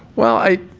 well, i